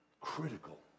Critical